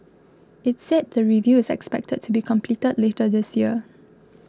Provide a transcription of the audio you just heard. it said the review is expected to be completed later this year